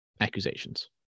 Accusations